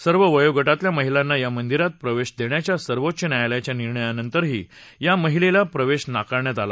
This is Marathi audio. सर्व वयोगटातल्या महिलांना या मंदिरात प्रवेश देण्याच्या सर्वोच्च न्यायालयाच्या निर्णया नंतरही या महिलेला प्रवेश नाकारण्यात आला